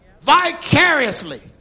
vicariously